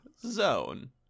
Zone